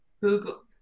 Google